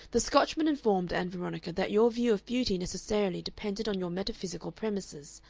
the scotchman informed ann veronica that your view of beauty necessarily depended on your metaphysical premises,